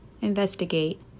investigate